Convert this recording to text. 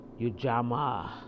Ujamaa